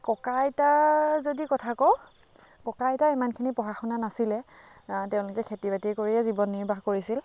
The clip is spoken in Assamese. ককা আইতাৰ যদি কথা কওঁ ককা আইতাৰ ইমানখিনি পঢ়া শুনা নাছিলে তেওঁলোকে খেতি বাতি কৰিয়ে জীৱন নিৰ্বাহ কৰিছিল